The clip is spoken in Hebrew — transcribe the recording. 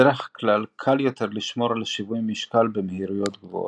בדרך כלל קל יותר לשמור על שיווי משקל במהירויות גבוהות.